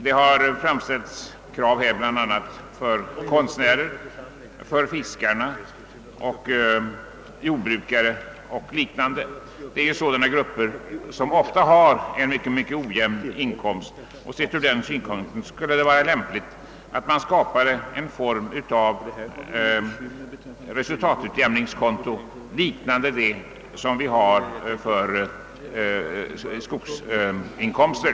Där har som exempel angivits konstnärer, fiskare och jordbrukare m.fl., alltså sådana yrkesgrupper som har mycket ojämna in komster. Det har ansetts lämpligt att för dem införa någon form av resultatutjämningskonto liknande det som finns för inkomster från skogen.